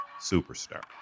superstar